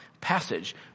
passage